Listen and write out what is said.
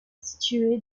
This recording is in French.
située